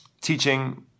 teaching